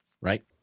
Right